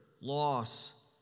loss